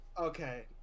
Okay